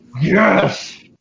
Yes